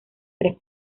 tres